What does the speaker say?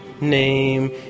name